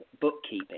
bookkeeping